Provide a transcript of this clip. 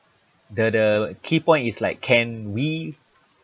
the the key point is like can we